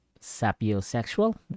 sapiosexual